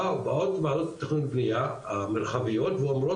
באות וועדות תכנון ובנייה המרחביות ואומרות,